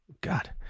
God